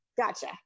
Gotcha